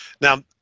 Now